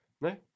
No